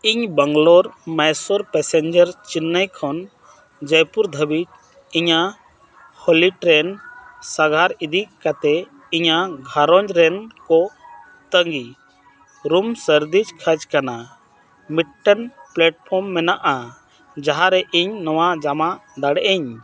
ᱤᱧ ᱵᱮᱝᱞᱳᱨ ᱢᱚᱭᱥᱩᱨ ᱯᱮᱥᱮᱱᱡᱟᱨ ᱪᱮᱱᱱᱟᱭ ᱠᱷᱚᱱ ᱡᱚᱭᱯᱩᱨ ᱫᱷᱟᱹᱵᱤᱡ ᱤᱧᱟᱹᱜ ᱦᱚᱞᱤ ᱴᱨᱮᱹᱱ ᱥᱟᱸᱜᱷᱟᱨ ᱤᱫᱤ ᱠᱟᱛᱮᱫ ᱤᱧᱟᱹᱜ ᱜᱷᱟᱨᱚᱸᱡᱽ ᱨᱮᱱ ᱠᱚ ᱞᱟᱹᱜᱤᱫ ᱨᱩᱢ ᱥᱟᱨᱫᱤᱡ ᱠᱷᱚᱡᱽ ᱠᱟᱱᱟ ᱢᱤᱫᱴᱮᱱ ᱯᱞᱟᱴᱯᱷᱨᱚᱢ ᱢᱮᱱᱟᱜᱼᱟ ᱡᱟᱦᱟᱸ ᱨᱮ ᱤᱧ ᱱᱚᱣᱟ ᱡᱚᱢᱟ ᱫᱟᱲᱮᱭᱟᱜᱼᱟᱹᱧ